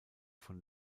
von